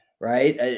Right